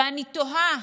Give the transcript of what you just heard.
ואני תוהה,